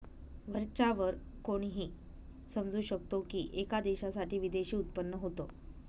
वरच्या वर कोणीही समजू शकतो की, एका देशासाठी विदेशी उत्पन्न होत